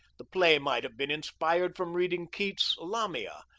the play might have been inspired from reading keats' lamia,